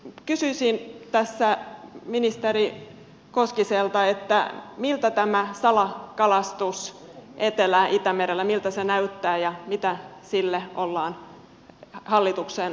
kysyisin tässä ministeri koskiselta miltä tämä salakalastus etelä itämerellä näyttää ja mitä sille ollaan hallituksen puolelta tekemässä